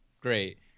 great